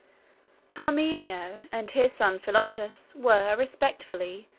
parmenio and his son philotas were, respectively,